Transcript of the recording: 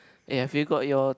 eh have you got your